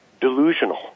delusional